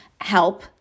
help